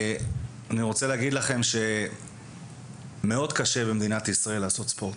אני רוצה להגיד לכם שמאוד קשה במדינת ישראל לעשות ספורט,